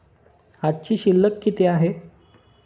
आजची शिल्लक किती आहे?